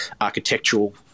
architectural